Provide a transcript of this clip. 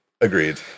Agreed